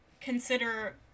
consider